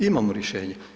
Imamo rješenje.